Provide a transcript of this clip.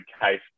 case